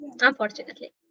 unfortunately